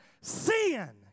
sin